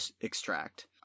extract